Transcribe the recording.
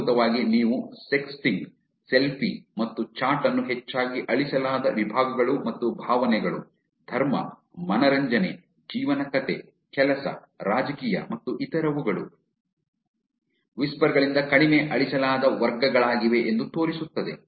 ಮೂಲಭೂತವಾಗಿ ನೀವು sexting selfie ಮತ್ತು ಚಾಟ್ ಅನ್ನು ಹೆಚ್ಚಾಗಿ ಅಳಿಸಲಾದ ವಿಭಾಗಗಳು ಮತ್ತು ಭಾವನೆಗಳು ಧರ್ಮ ಮನರಂಜನೆ ಜೀವನ ಕಥೆ ಕೆಲಸ ರಾಜಕೀಯ ಮತ್ತು ಇತರವುಗಳು ವಿಸ್ಪರ್ ಗಳಿಂದ ಕಡಿಮೆ ಅಳಿಸಲಾದ ವರ್ಗಗಳಾಗಿವೆ ಎಂದು ತೋರಿಸುತ್ತದೆ